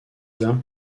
pizza